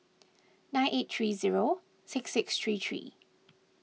nine eight three zero six six three three